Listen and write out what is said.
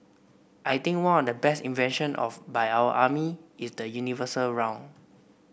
I think one of the best invention of by our army is the universal round